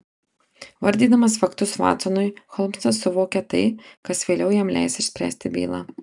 vardydamas faktus vatsonui holmsas suvokia tai kas vėliau jam leis išspręsti bylą